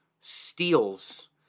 steals